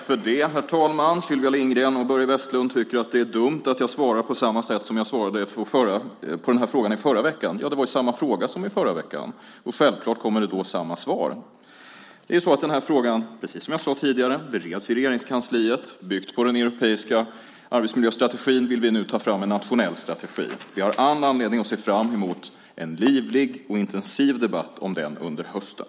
Herr talman! Sylvia Lindgren och Börje Vestlund tycker att det är dumt att jag svarar på samma sätt som jag svarade på den här frågan i förra veckan. Det var samma fråga som i förra veckan, och självklart kommer det då samma svar. Den har frågan bereds i Regeringskansliet, precis som jag sade tidigare. Byggt på den europeiska arbetsmiljöstrategin vill vi nu ta fram en nationell strategi. Vi har all anledning att se fram emot en livlig och intensiv debatt om den under hösten.